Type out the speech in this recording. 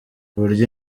buryo